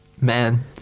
Man